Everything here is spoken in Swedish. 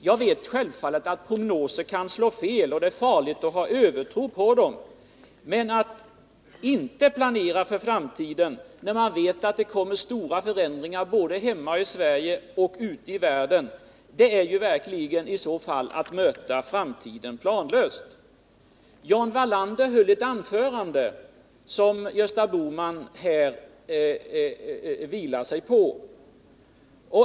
Jag vet självfallet att prognoser kan slå fel och att det är farligt att ha övertro på dem, men att inte planera för framtiden, när man vet att det kommer stora förändringar både hemma i Sverige och ute i världen, vore i så fall att verkligen möta framtiden planlöst. Jan Wallander höll ett anförande som Gösta Bohman här stöder sig på.